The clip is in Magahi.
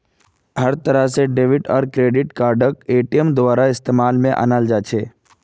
हर तरह से डेबिट आर क्रेडिट कार्डक एटीएमेर द्वारा इस्तेमालत अनाल जा छे